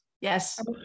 yes